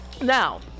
Now